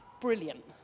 brilliant